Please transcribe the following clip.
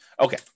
Okay